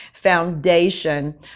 foundation